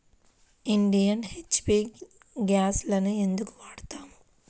Indian, HP గ్యాస్లనే ఎందుకు వాడతాము?